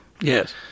yes